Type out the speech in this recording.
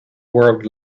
world